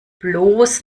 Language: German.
bloß